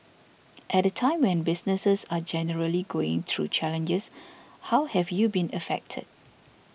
at a time when businesses are generally going through challenges how have you been affected